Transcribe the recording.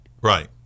Right